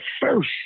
first